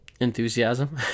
Enthusiasm